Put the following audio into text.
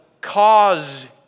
cause